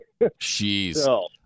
Jeez